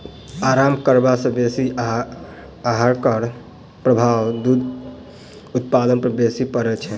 आराम करबा सॅ बेसी आहारक प्रभाव दूध उत्पादन पर बेसी पड़ैत छै